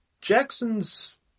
Jackson's